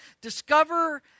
discover